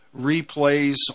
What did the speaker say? replays